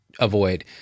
avoid